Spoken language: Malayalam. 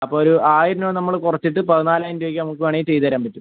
അപ്പോൾ ഒരു ആയിരം രൂപ നമ്മൾ കുറച്ചിട്ട് പതിനാലായിരം രൂപയ്ക്ക് നമുക്ക് വേണമെങ്കിൽ ചെയ്തുതരാൻ പറ്റും